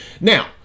Now